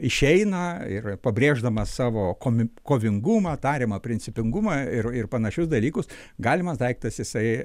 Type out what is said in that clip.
išeina ir pabrėždamas savo komi kovingumą tariamą principingumą ir ir panašius dalykus galimas daiktas jisai